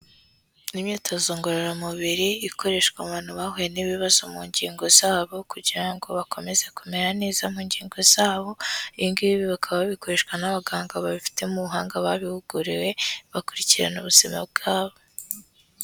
Ni imyitozo ngororamubiri, ikoreshwa mu bantu bahuye n'ibibazo mu ngingo zabo kugira ngo bakomeze kumera neza mu ngingo zabo, ibi ngibi bakaba babikoreshwa n'abaganga babifitemo ubuhanga babihuguriwe, bakurikirana ubuzima bwabo.